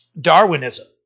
Darwinism